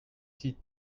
six